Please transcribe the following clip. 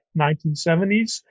1970s